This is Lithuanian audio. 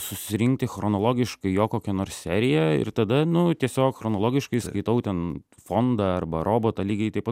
susirinkti chronologiškai jo kokią nors seriją ir tada nu tiesiog chronologiškai skaitau ten fondą arba robotą lygiai taip pat